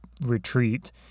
retreat